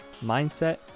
mindset